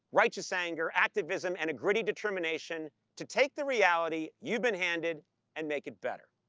righteous anger, activism, and a gritty determination to take the reality you've been handed and make it better.